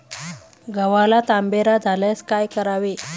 गव्हाला तांबेरा झाल्यास काय करावे?